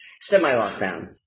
Semi-lockdown